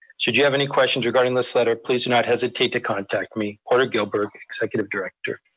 should you have any questions regarding this letter, please do not hesitate to contact me. porter gilberg, executive director.